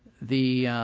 the